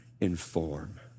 inform